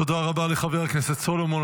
תודה רבה לחבר הכנסת סולומון.